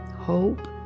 hope